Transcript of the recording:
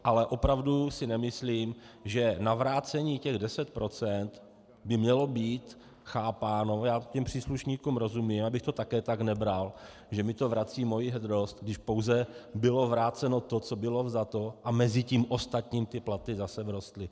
Ale opravdu si nemyslím, že navrácení těch deseti procent by mělo být chápáno, já těm příslušníkům rozumím, já bych to také tak nebral, že mi to vrací moji hrdost, když pouze bylo vráceno to, co bylo vzato, a mezitím ostatním ty platy zase vzrostly.